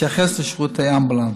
בהתייחס לשירותי אמבולנס,